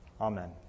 Amen